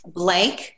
blank